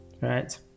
right